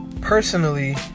Personally